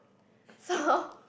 so